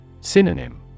Synonym